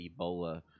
Ebola